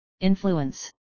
influence